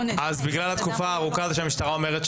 נדע --- אז בגלל התקופה הארוכה שהמשטרה אומרת,